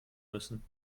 müssen